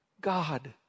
God